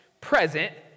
present